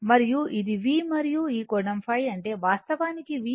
మరియు అది vమరియు ఈ కోణం ϕ అంటే వాస్తవానికి v